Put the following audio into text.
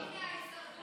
הינה ההישרדות.